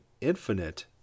infinite